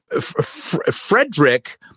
Frederick